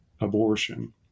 abortion